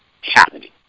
happening